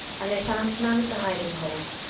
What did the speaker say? and they found none of the hiding-holes,